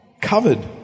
Covered